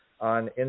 on